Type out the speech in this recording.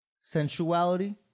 Sensuality